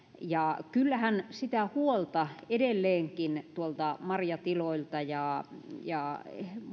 ja kyllähän sitä huolta edelleenkin tuolta marjatiloilta ja ja